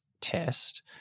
test